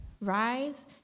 Rise